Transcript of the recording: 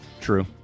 True